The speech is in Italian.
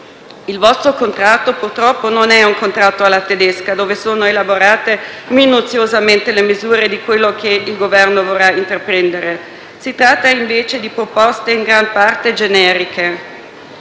il vostro contratto, purtroppo, non è un contratto alla tedesca, dove sono elaborate minuziosamente le misure che il Governo vorrà intraprendere. Si tratta invece di proposte in gran parte generiche.